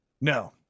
no